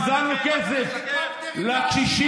פיזרנו כסף לקשישים,